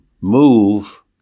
move